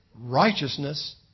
righteousness